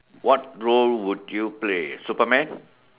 what role would you play Superman